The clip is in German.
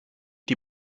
die